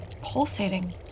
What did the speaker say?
pulsating